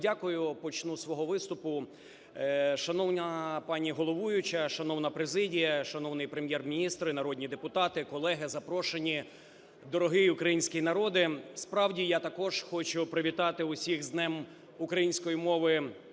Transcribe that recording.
дякую, почну із свого виступу. Шановна пані головуюча, шановна президія, шановний Прем'єр-міністр і народні депутати, колеги, запрошені, дорогий український народе! Справді, я також хочу привітати усіх з Днем української мови